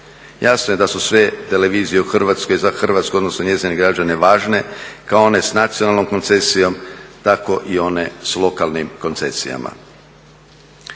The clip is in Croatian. Jasno je da su sve televizije u Hrvatskoj za Hrvatsku odnosno njezine građane važne kao one s nacionalnom koncesijom tako i one s lokalnim koncesijama.